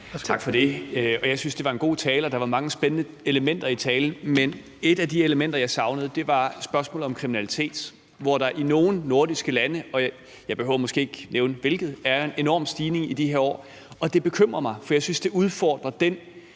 Tak for det. Jeg synes, det var en god tale, og der var mange spændende elementer i talen. Men et af de elementer, jeg savnede, var spørgsmålet om kriminalitet, i forhold til at der i nogle nordiske lande, og jeg behøver måske ikke nævne hvilket, er en enorm stigning i de her år. Og det bekymrer mig, for jeg synes, det udfordrer den